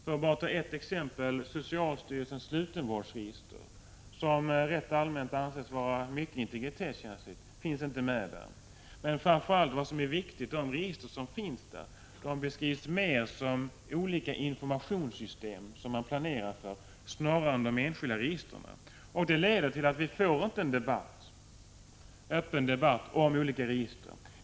Låt mig bara ta ett exempel: Socialstyrelsens slutenvårdsregister, som rätt allmänt anses vara mycket integritetskänsligt, finns inte med där. Vad som framför allt är viktigt är att de register som finns där beskrivs mera som olika informationssystem som man planerar snarare än enskilda register. Det leder till att vi inte får en öppen debatt om olika register.